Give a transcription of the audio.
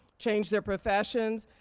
change their professions,